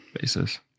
basis